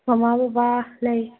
ꯃꯃꯥ ꯕꯕꯥ ꯂꯩ